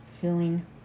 Feeling